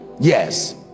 Yes